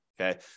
Okay